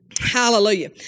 Hallelujah